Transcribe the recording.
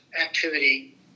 activity